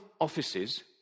offices